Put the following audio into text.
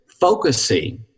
focusing